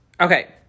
Okay